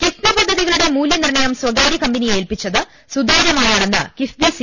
കിഫ്ബി പദ്ധതികളുടെ മൂല്യനിർണയം സ്വകാര്യ കമ്പനിയെ ഏൽപ്പിച്ചത് സുതാര്യമായാണെന്ന് കിഫ്ബി സി